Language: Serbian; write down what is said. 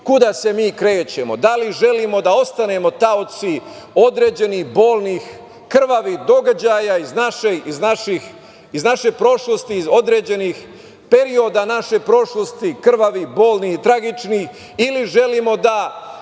kuda se mi krećemo, da li želim oda ostanemo taoci određenih bolnih, krvavih događaja iz naše prošlosti, određenih perioda naše prošlosti, krvavih, bolnih i tragičnih, ili želimo da